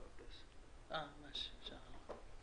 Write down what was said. איתן אורן.